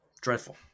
dreadful